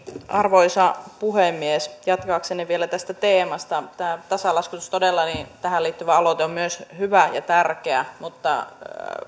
arvoisa puhemies jatkaakseni vielä tästä teemasta niin tämä tasalaskutus ja tähän liittyvä aloite todella on myös hyvä ja tärkeä mutta